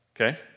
Okay